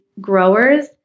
growers